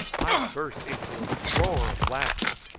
i burst into a roar of laughter,